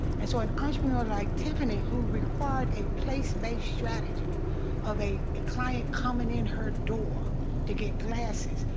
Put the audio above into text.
and so an entrepreneur like tiffany who required a place-based strategy of a a client coming in her door to get glasses,